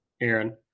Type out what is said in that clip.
Aaron